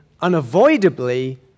unavoidably